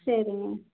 சரிங்க